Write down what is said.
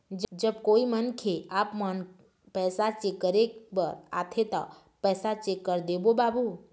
जब कोई मनखे आपमन पैसा चेक करे बर आथे ता पैसा चेक कर देबो बाबू?